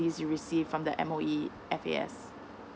you received from the M_O_E F A S